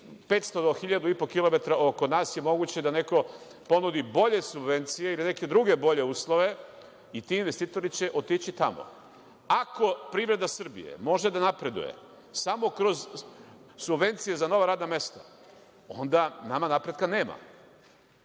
500 do 1.500 km oko nas je moguće da neko ponudi bolje subvencije ili neke druge bolje uslove i ti investitori će otići tamo. Ako privreda Srbije može da napreduje samo kroz subvencije za nova radna mesta, onda nama napretka nema,